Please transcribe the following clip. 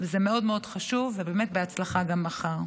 זה מאוד מאוד חשוב, ובאמת בהצלחה גם מחר.